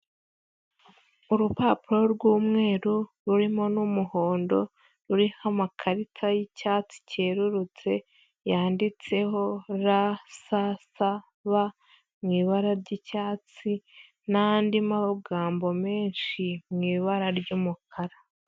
Urupapuro rw'umweru rurimo n'umuhondo, ruriho amakarita y'icyatsi cyerurutse, yanditseho RSSB mu ibara ry'icyatsi n'andi magambo menshi mu ibara ry'umukara.